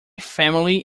family